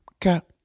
cap